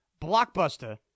blockbuster